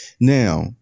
Now